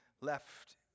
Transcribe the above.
left